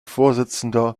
vorsitzender